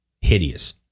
hideous